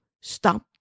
stop